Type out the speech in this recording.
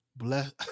bless